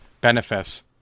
benefits